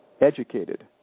educated